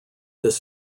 this